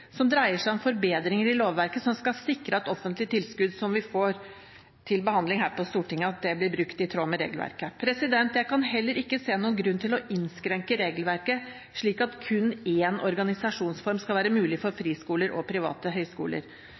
som dreier seg om forbedringer i lovverket som skal sikre at offentlige tilskudd blir brukt i tråd med regelverket. Jeg kan heller ikke se noen grunn til å innskrenke regelverket, slik at kun én organisasjonsform skal være mulig for friskoler og private høyskoler.